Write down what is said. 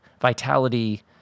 vitality